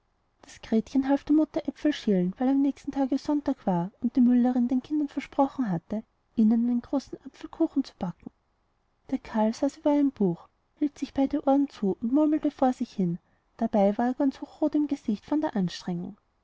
das gretchen half der mutter äpfel schälen weil am nächsten tag sonntag war und die müllerin den kindern versprochen hatte ihnen einen großen äpfelkuchen zu backen der karl saß über einem buch hielt sich beide ohren zu und murmelte immer vor sich hin dabei war er ganz hochrot im gesicht von der anstrengung